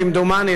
כמדומני,